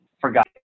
forgot